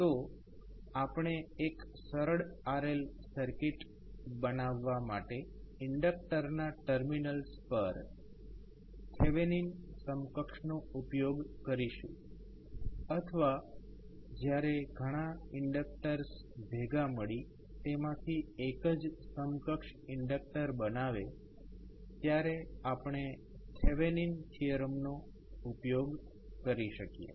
તો આપણે એક સરળ RL સર્કિટ બનાવવા માટે ઇન્ડક્ટરના ટર્મિનલ્સ પર થેવેનિન સમકક્ષનો ઉપયોગ કરીશું અથવા જ્યારે ઘણા ઇન્ડક્ટર્સ ભેગા મળી તેમાંથી એક જ સમકક્ષ ઇન્ડક્ટર બનાવે ત્યારે આપણે થેવેનિન થીયરમ નો ઉપયોગ કરી શકીએ